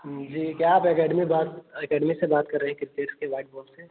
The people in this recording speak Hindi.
हम्म जी क्या आप एकेडमी बात एकेडमी से बात कर रहे हैं किरकेट के व्हाइट बॉक्स से